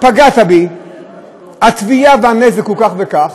פגעת בי, התביעה והנזק כך וכך,